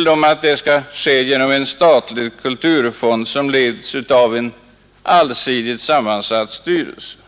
varieras och önskar göra det genom en statlig kulturfond under ledning av en allsidigt sammansatt styrelse.